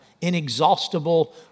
inexhaustible